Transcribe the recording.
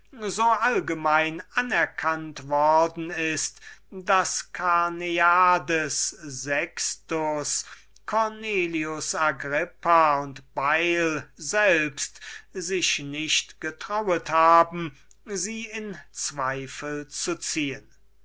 so allgemein anerkannt worden ist daß carneades sextus cornelius agrippa und bayle selbst sich nicht getrauet haben sie in zweifel zu ziehen